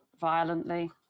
Violently